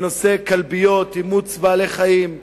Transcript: בנושאי כלביות, אימוץ בעלי-חיים,